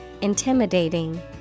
intimidating